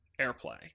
AirPlay